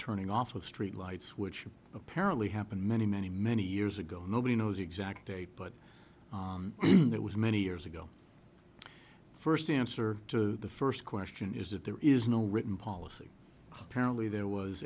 turning off of street lights which apparently happened many many many years ago nobody knows the exact date but that was many years ago first answer to the first question is if there is no written policy apparently there was